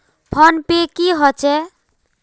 Phone पै की होचे?